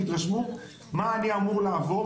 תתרשמו מה אני אמור לעבור,